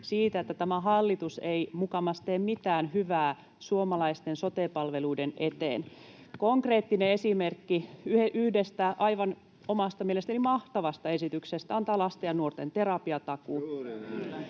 siitä, että tämä hallitus ei mukamas tee mitään hyvää suomalaisten sote-palveluiden eteen. Konkreettinen esimerkki yhdestä, omasta mielestäni aivan mahtavasta esityksestä on tämä lasten ja nuorten terapiatakuu.